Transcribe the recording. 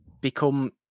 become